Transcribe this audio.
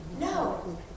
No